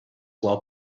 while